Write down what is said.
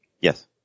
Yes